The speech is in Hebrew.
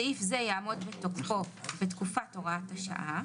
"(ח)סעיף זה יעמוד בתוקפו בתקופת הוראת השעה."